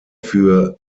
für